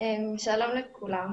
שלום לכולם.